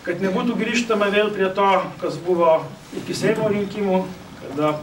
kad nebūtų grįžtama vėl prie to kas buvo iki seimo rinkimų kada